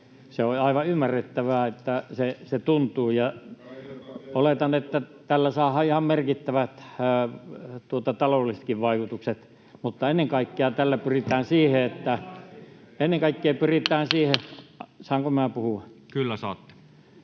Se on aivan ymmärrettävää, että se tuntuu. Oletan, että tällä saadaan ihan merkittävät taloudellisetkin vaikutukset, mutta ennen kaikkea tällä pyritään siihen... [Välihuutoja oikealta — Puhemies koputtaa] — Saanko minä puhua? ...ennen